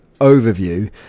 overview